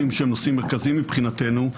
לנושאים מרכזיים מבחינתנו.